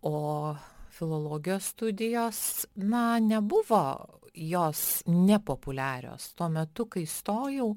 o filologijos studijos na nebuvo jos nepopuliarios tuo metu kai stojau